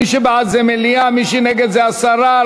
מי שבעד זה מליאה, מי שנגד זה הסרה.